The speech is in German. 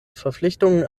verpflichtungen